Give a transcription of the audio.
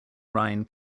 rhine